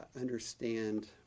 understand